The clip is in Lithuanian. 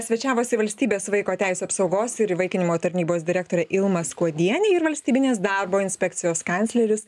svečiavosi valstybės vaiko teisių apsaugos ir įvaikinimo tarnybos direktorė ilma skuodienė ir valstybinės darbo inspekcijos kancleris